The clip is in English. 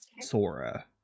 sora